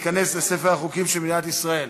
ותיכנס לספר החוקים של מדינת ישראל.